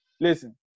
Listen